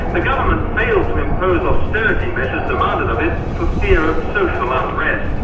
the government failed to impose austerity measures demanded of it for fear of social unrest.